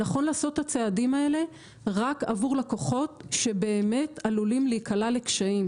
נכון לעשות את הצעדים האלה רק עבור לקוחות שבאמת עלולים להיקלע לקשיים.